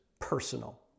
personal